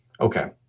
Okay